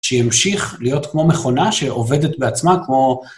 שימשיך להיות כמו מכונה שעובדת בעצמה כמו...